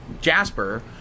Jasper